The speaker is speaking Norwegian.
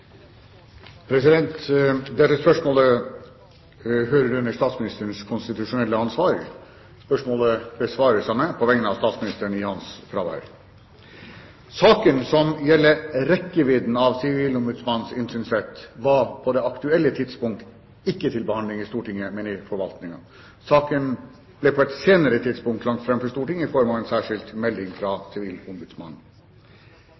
spørsmålet hører under statsministerens konstitusjonelle ansvar. Spørsmålet besvares av meg på vegne av statsministeren i hans fravær. Saken, som gjelder rekkevidden av Sivilombudsmannens innsynsrett, var på det aktuelle tidspunkt ikke til behandling i Stortinget, men i forvaltningen. Saken ble på et senere tidspunkt lagt fram for Stortinget i form av en særskilt melding